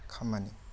खामानि